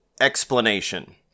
explanation